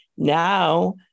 Now